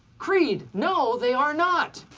creed, no, they are not!